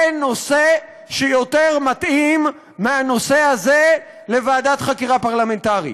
אין נושא שיותר מתאים מהנושא הזה לוועדת חקירה פרלמנטרית.